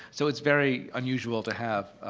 so it's very unusual to have